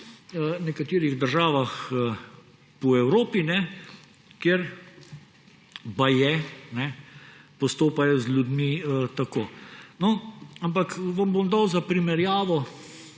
po nekaterih državah po Evropi, kjer baje postopajo z ljudmi tako. No, ampak vam bom dal za primerjavo,